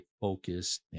focused